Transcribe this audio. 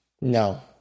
No